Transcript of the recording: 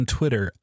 Twitter